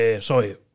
sorry